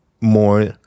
more